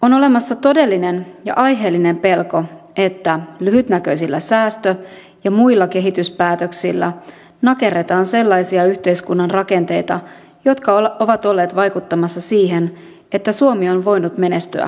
on olemassa todellinen ja aiheellinen pelko että lyhytnäköisillä säästö ja muilla kehityspäätöksillä nakerretaan sellaisia yhteiskunnan rakenteita jotka ovat olleet vaikuttamassa siihen että suomi on voinut menestyä ja kasvaa